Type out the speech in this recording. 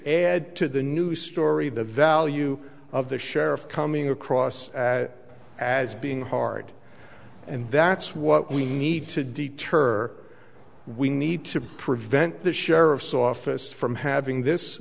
add to the new story the value of the sheriff coming across as being hard and that's what we need to deter we need to prevent the sheriff's office from having this